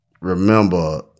remember